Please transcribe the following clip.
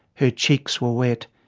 her cheeks were wet,